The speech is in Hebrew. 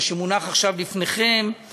מה שמונח עכשיו בפניכם,